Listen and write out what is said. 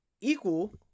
equal